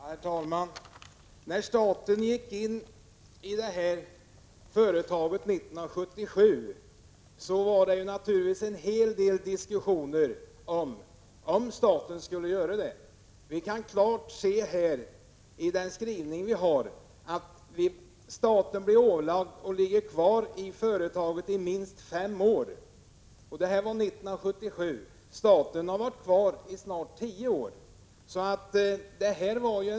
Herr talman! När staten gick in i Een-Holmgren Ortopediska AB 1977, diskuterades det naturligtvis en hel del om staten skulle göra det. Som framgår av utskottsbetänkandet träffades det ett avtal enligt vilket staten skulle ingå som delägare i företaget i minst fem år. Det var som sagt 1977, och staten har nu varit kvar som delägare i snart tio år.